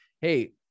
Hey